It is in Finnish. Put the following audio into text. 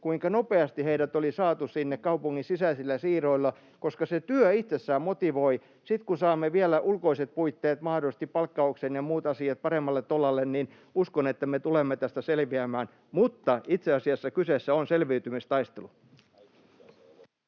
kuinka nopeasti heidät oli saatu sinne kaupungin sisäisillä siirroilla — koska se työ itsessään motivoi. Sitten kun saamme vielä ulkoiset puitteet, mahdollisesti palkkauksen ja muut asiat paremmalle tolalle, niin uskon, että me tulemme tästä selviämään, mutta itse asiassa kyseessä on selviytymistaistelu.